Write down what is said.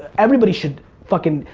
everybody should fucking.